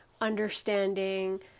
understanding